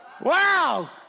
Wow